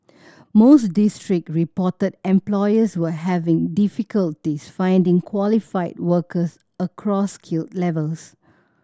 most district reported employers were having difficulties finding qualified workers across skill levels